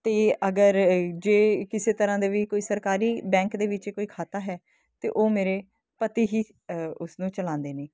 ਅਤੇ ਅਗਰ ਜੇ ਕਿਸੇ ਤਰ੍ਹਾਂ ਦੇ ਵੀ ਕੋਈ ਸਰਕਾਰੀ ਬੈਂਕ ਦੇ ਵਿੱਚ ਕੋਈ ਖਾਤਾ ਹੈ ਤਾਂ ਉਹ ਮੇਰੇ ਪਤੀ ਹੀ ਉਸਨੂੰ ਚਲਾਉਂਦੇ ਨੇ